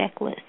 checklist